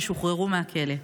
ששוחררו מהכלא.